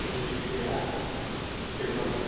Russia Sri Lanka